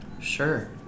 sure